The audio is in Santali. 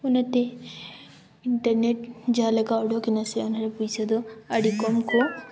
ᱚᱱᱟ ᱛᱮ ᱤᱱᱴᱟᱨᱱᱮᱴ ᱡᱟᱦᱟᱸ ᱞᱮᱠᱟ ᱚᱰᱚᱠᱮᱱᱟ ᱥᱮ ᱚᱱᱟᱨᱮ ᱯᱚᱭᱥᱟ ᱫᱚ ᱟᱹᱰᱤ ᱠᱚᱢ ᱠᱚ